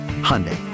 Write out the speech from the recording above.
Hyundai